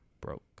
Broke